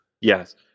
yes